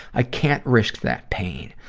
i can't risk that pain.